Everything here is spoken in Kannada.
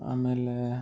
ಆಮೇಲೆ